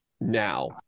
now